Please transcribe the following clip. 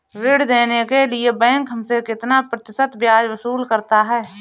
ऋण देने के लिए बैंक हमसे कितना प्रतिशत ब्याज वसूल करता है?